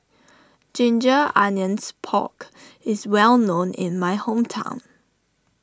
Ginger Onions Pork is well known in my hometown